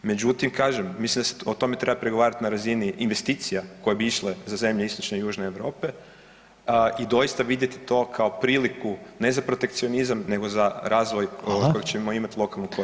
Međutim, kažem mislim da se o tome treba pregovarat na razini investicija koje bi išle za zemlje istočne i južne Europe i doista to vidjeti priliku ne za protekcionizam nego za razvoj od kojeg ćemo imati lokalnu korist.